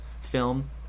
film